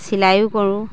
চিলাইও কৰোঁ